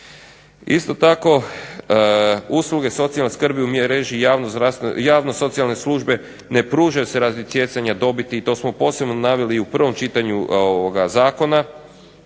Isto tako usluge socijalne skrbi u ... javno socijalne službe ne pružaju se radi stjecanja dobiti i to smo posebno naveli u prvom čitanju ovoga